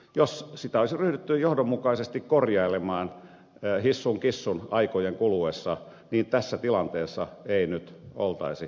jos sitä olisi ryhdytty johdonmukaisesti korjailemaan hissun kissun aikojen kuluessa niin tässä tilanteessa ei nyt oltaisi